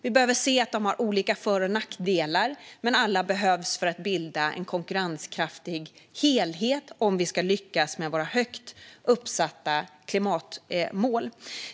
Vi behöver se att de har olika för och nackdelar men att alla behövs för att bilda en konkurrenskraftig helhet om vi ska lyckas med våra högt satta klimatmål.